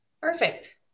Perfect